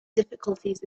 difficulties